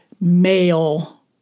male